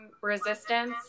resistance